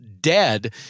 dead